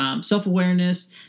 self-awareness